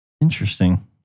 Interesting